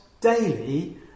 daily